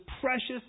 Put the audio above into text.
precious